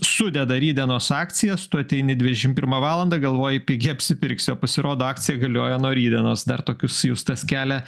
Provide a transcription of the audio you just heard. sudeda rytdienos akcijas tu ateini dvidešim pirmą valandą galvoji pigiai apsipirksiu o pasirodo akcija galioja nuo rytdienos dar tokius justas kelia